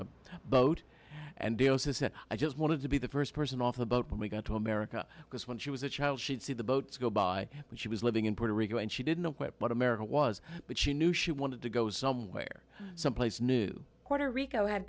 said i just wanted to be the first person off the boat when we got to america because when she was a child she'd see the boats go by when she was living in puerto rico and she didn't know what america was but she knew she wanted to go somewhere someplace new puerto rico ha